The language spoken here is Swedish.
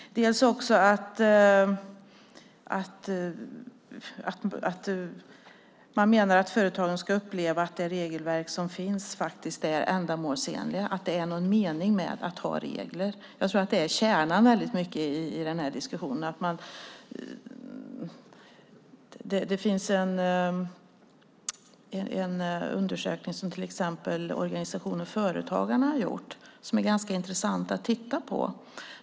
Dels är det att man menar att företagen ska uppleva att det regelverk som finns är ändamålsenligt och att det är någon mening med att ha regler. Jag tror att detta är kärnan i den här diskussionen. Det finns en undersökning som organisationen Företagarna har gjort som är ganska intressant att titta på.